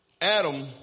Adam